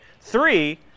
three